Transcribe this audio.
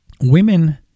Women